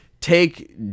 take